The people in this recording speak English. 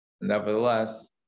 Nevertheless